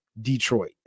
Detroit